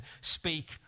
speak